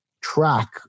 track